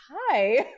hi